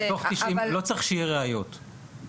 בתוך 90 יום לא צריך שתהיינה ראיות כדי